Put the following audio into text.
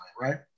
Right